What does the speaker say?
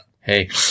hey